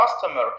customer